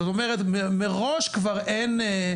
זאת אומרת, מראש כבר אין.